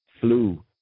flu